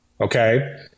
Okay